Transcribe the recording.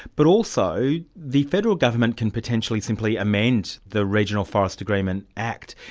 but also the federal government can potentially simply amend the regional forest agreement act,